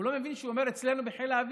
הוא לא מבין שכשהוא אומר "אצלנו בחיל האוויר",